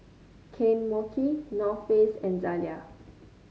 Kane Mochi North Face and Zalia